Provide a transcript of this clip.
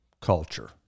culture